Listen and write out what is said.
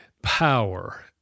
power